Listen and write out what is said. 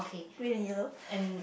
green and yellow